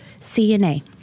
CNA